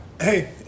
Hey